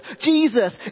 Jesus